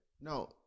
No